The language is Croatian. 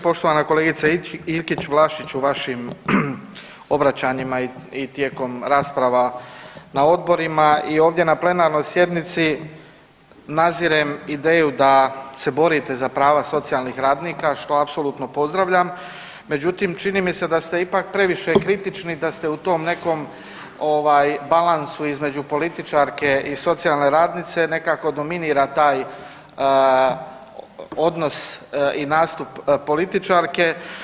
Poštovana kolegice Iljkić Vlašić u vašim obraćanjima i tijekom rasprava na odborima i ovdje na plenarnoj sjednici nazirem ideju da se borite za prava socijalnih radnika što apsolutno pozdravljam, međutim čini mi se da ste ipak previše kritični da ste u tom nekom balansu između političarke i socijalne radnice, nekako dominira taj odnos i nastup političarke.